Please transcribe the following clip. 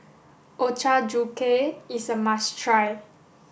Ochazuke is a must try